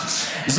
ג'וינט?